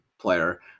player